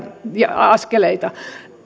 askeleita